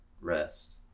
rest